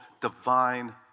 divine